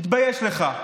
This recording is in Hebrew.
תתבייש לך.